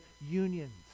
unions